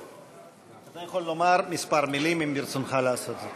אתה יכול לומר כמה מילים, אם ברצונך לעשות זאת.